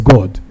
God